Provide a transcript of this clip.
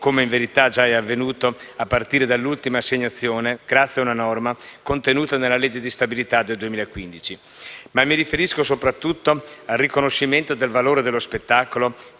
come in verità già è avvenuto a partire dall'ultima assegnazione, grazie a una norma contenuta nella legge di stabilità del 2015. Mi riferisco soprattutto al riconoscimento del valore dello spettacolo